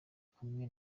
kumwe